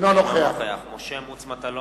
אינו נוכח משה מטלון,